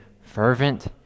fervent